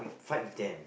fight with them